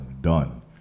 done